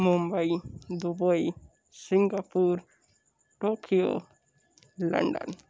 Mumbai Dubai Singapore Tokyo London